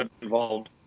involved